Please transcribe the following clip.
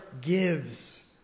gives